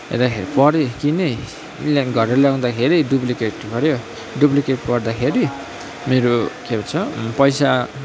रहे परे किनेँ घरमा ल्याउँदाखेरि डुप्लिकेट पर्यो डुप्लिकेट पर्दाखेरि मेरो के भन्छ पैसा